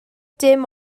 dim